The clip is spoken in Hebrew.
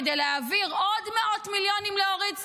כדי להעביר עוד מאות מיליונים לאורית סטרוק?